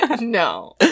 No